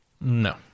No